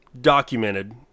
documented